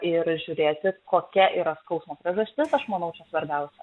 ir žiūrėsit kokia yra skausmo priežastis aš manau čia svarbiausia